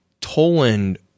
toland